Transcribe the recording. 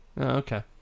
Okay